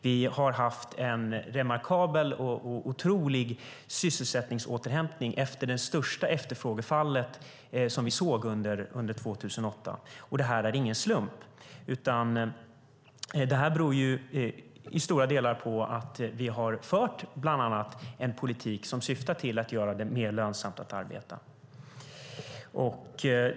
Vi har haft en remarkabel och otrolig sysselsättningsåterhämtning efter det stora efterfrågefallet 2008. Det är ingen slump. Det beror till stora delar på att vi har fört en politik som syftar till att göra det mer lönsamt att arbeta.